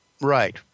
Right